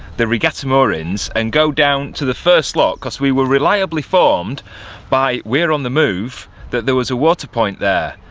the regatta moorings and go down to the first lock, because we were reliably informed by weir on the move that there was a water point there.